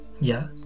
yes